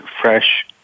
fresh